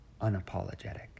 unapologetic